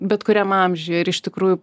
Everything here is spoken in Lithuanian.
bet kuriam amžiuj ir iš tikrųjų